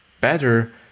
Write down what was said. better